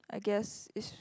I guess it's